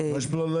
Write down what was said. מה יש להעיר?